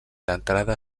l’entrada